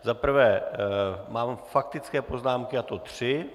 Za prvé mám faktické poznámky, a to tři.